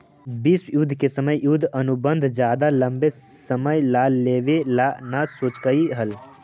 विश्व युद्ध के समय युद्ध अनुबंध ज्यादा लंबे समय ला लेवे ला न सोचकई हल